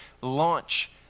launch